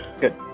Good